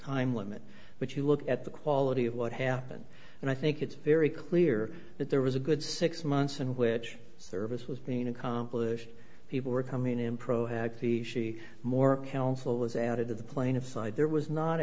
time limit but you look at the quality of what happened and i think it's very clear that there was a good six months in which service was being accomplished people were coming in proactively she more counsel was added to the plaintiff side there was not